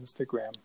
Instagram